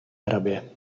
hrabě